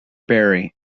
barry